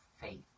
faith